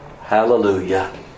Hallelujah